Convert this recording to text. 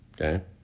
Okay